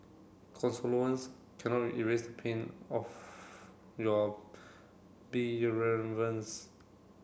cannot erase the pain of your